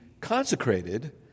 consecrated